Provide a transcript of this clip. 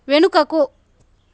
వెనుకకు